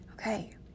okay